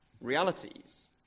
realities